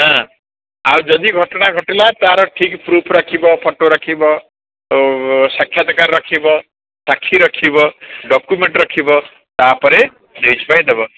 ଆଁ ଆଉ ଯଦି ଘଟଣା ଘଟିଲା ତାର ଠିକ ପୃଫ୍ ରଖିବ ଫଟୋ ରଖିବ ଓ ସାକ୍ଷାତକାର ରଖିବ ସାକ୍ଷୀ ରଖିବ ଡକ୍ୟୁମେଣ୍ଟ୍ ରଖିବ ତା'ପରେ ନ୍ୟୁଜ୍ ପାଇଁ ଦେବ